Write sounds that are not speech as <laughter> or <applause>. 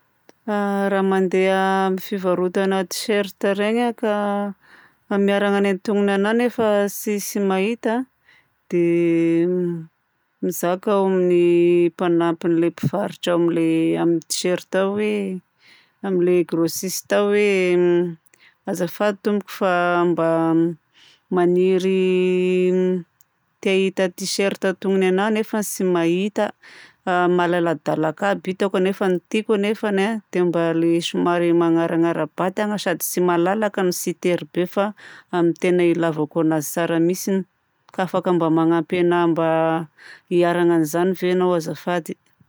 Raha mandeha amina fivarotana tiserta regny aho ka <hesitation> miharagna ny antonona anahy nefa tsy- tsy mahita, dia <hesitation> mizaka ao amin'ny mpanampin'ilay mpivarotra amin'ilay, amin'ny tiserta ao hoe, amin'ilay grossiste ao hoe azafady tompoko fa mba maniry <hesitation> te hahita tiserta antonogny anahy nefa tsy mahita. Malaladalaka aby hitako nefa ny tiako anefany a, dia mba le somary magnaranara-batagna sady tsy malalaka no tsy tery be fa amin'ny tena ilavako azy fa amin'ny tena ilavako anazy tsara mihitsiny. Afaka mba magnampy anahy mba hiharagna an'izany ve ianao azafady?